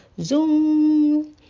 zoom